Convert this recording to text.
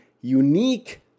unique